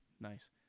nice